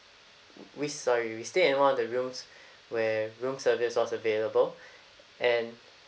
we sorry we stayed in one of the rooms where room service was available and